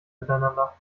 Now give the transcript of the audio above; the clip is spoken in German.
miteinander